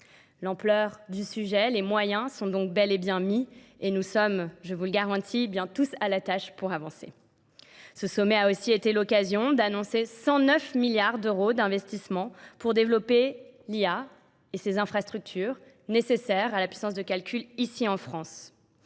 L'ampleur du sujet, les moyens sont donc bel et bien mis et nous sommes, je vous le garantis, bien tous à la tâche pour avancer. Ce sommet a aussi été l'occasion d'annoncer 109 milliards d'euros d'investissement pour développer l'IA et ses infrastructures nécessaires à la puissance de calcul ici en France.